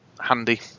handy